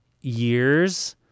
years